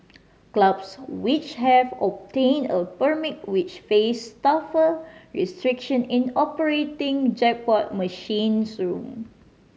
clubs which have obtained a permit which face tougher restriction in operating jackpot machines room